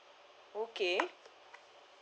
okay